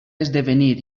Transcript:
esdevenir